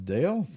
Dale